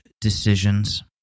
decisions